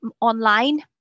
online